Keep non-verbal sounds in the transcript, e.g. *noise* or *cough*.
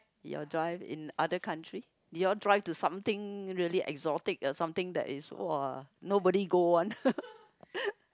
your drive in other country did you all drive to something really exotic like something that is !woah! nobody go one *laughs*